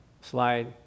slide